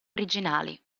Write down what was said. originali